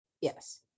Yes